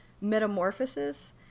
Metamorphosis